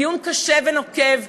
דיון קשה ונוקב,